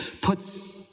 puts